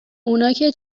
اوناکه